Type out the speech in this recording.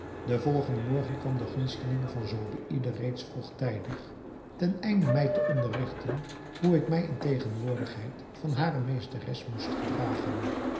den volgenden morgen kwam de gunstelinge van zobeïde reeds vroegtijdig ten einde mij te onderrigten hoe ik mij in tegenwoordigheid van hare meesteres moest gedragen